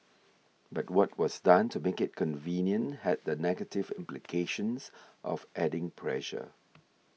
but what was done to make it convenient had the negative implications of adding pressure